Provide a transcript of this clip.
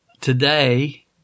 today